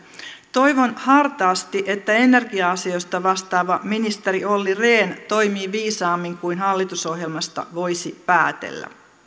toivon hartaasti että energia asioista vastaava ministeri olli rehn toimii viisaammin kuin hallitusohjelmasta voisi päätellä